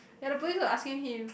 ya the police was asking him